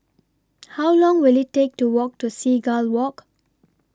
How Long Will IT Take to Walk to Seagull Walk